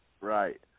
right